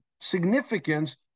significance